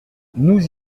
nous